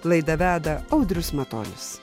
laidą veda audrius matonis